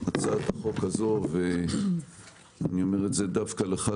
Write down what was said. הצעת החוק הזאת ואני אומר את זה דווקא לך,